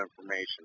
information